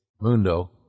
Mundo